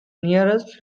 nearest